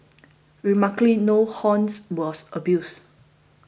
remarkably no horns was abused